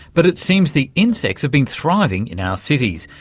but it seems the insects have been thriving in our cities,